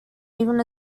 even